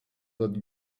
that